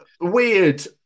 weird